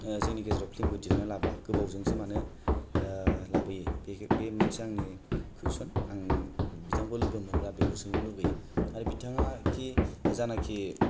जोंनि गेजेराव फ्लिमबो दिहुनना लाबोया गोबावजोंसो मानो लाबोयो बे मोनसे आंनि खुइसन आं बिथांखौ लोगोमोनब्ला बेखौ सोंनो लुगैयो आरो बिथांआ खि जानाखि